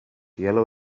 yellow